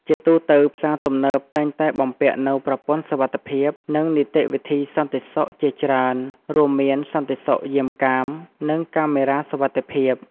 ជាទូទៅ ផ្សារទំនើបតែងតែបំពាក់នូវប្រព័ន្ធសុវត្ថិភាព និងនីតិវិធីសន្តិសុខជាច្រើន រួមមានសន្តិសុខយាមកាម និងកាមេរ៉ាសុវត្ថិភាព ។